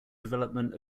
development